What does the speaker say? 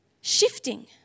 Shifting